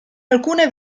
alcune